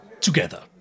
together